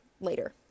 later